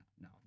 No